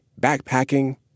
backpacking